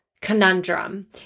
Conundrum